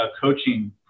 coaching